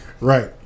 Right